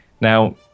Now